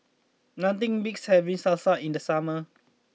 nothing beats having Salsa in the summer